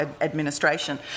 administration